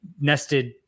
nested